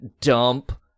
dump